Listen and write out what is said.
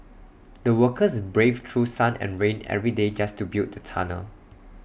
the workers braved through sun and rain every day just to build the tunnel